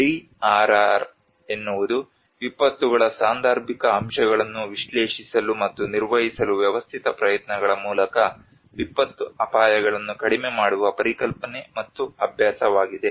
DRR ಎನ್ನುವುದು ವಿಪತ್ತುಗಳ ಸಾಂದರ್ಭಿಕ ಅಂಶಗಳನ್ನು ವಿಶ್ಲೇಷಿಸಲು ಮತ್ತು ನಿರ್ವಹಿಸಲು ವ್ಯವಸ್ಥಿತ ಪ್ರಯತ್ನಗಳ ಮೂಲಕ ವಿಪತ್ತು ಅಪಾಯಗಳನ್ನು ಕಡಿಮೆ ಮಾಡುವ ಪರಿಕಲ್ಪನೆ ಮತ್ತು ಅಭ್ಯಾಸವಾಗಿದೆ